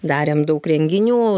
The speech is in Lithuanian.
darėm daug renginių